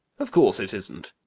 of course it isn't!